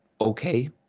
okay